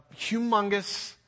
humongous